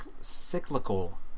cyclical